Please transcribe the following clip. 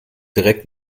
direkt